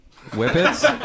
Whippets